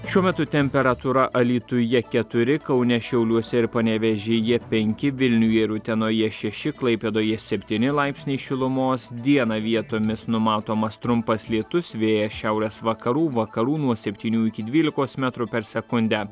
šiuo metu temperatūra alytuje keturi kaune šiauliuose ir panevėžyje epnki vilniuje ir utenoje šeši klaipėdoje septyni laipsniai šilumos dieną vietomis numatomas trumpas lietus vėjas šiaurės vakarų vakarų nuo septynių iki dvylikos metrų per sekundę